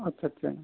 अच्छा अच्छा